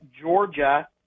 Georgia